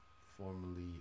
formerly